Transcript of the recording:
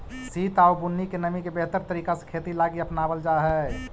सित आउ बुन्नी के नमी के बेहतर तरीका से खेती लागी अपनाबल जा हई